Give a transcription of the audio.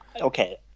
Okay